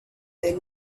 they